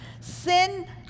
Sin